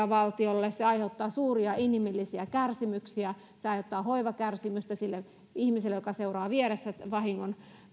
valtiolle se aiheuttaa suuria inhimillisiä kärsimyksiä se aiheuttaa hoivakärsimystä sille ihmiselle joka seuraa vieressä vahingon